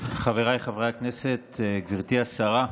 חבריי חברי הכנסת, גברתי השרה,